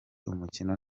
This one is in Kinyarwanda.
umukino